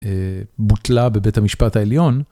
בוטלה בבית המשפט העליון.